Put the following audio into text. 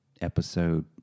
episode